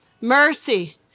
mercy